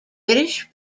british